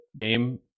game